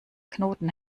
knoten